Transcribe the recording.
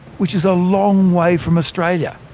which is a long way from australia.